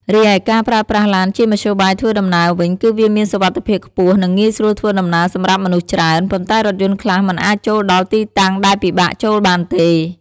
រីឯការប្រើប្រាស់ឡានជាមធ្យោបាយធ្វើដំណើរវិញ គឺវាមានសុវត្ថិភាពខ្ពស់ និងងាយស្រួលធ្វើដំណើរសម្រាប់មនុស្សច្រើន ប៉ុន្តែរថយន្តខ្លះមិនអាចចូលដល់ទីតាំងដែលពិបាកចូលបានទេ។